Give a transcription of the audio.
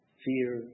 fear